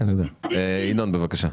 ינון, בבקשה.